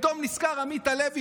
פתאום נזכר עמית הלוי,